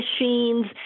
machines